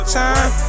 time